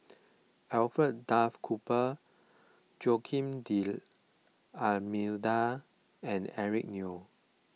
Alfred Duff Cooper Joaquim D'Almeida and Eric Neo